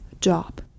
job